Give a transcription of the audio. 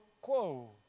quo